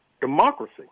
democracy